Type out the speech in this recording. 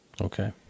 Okay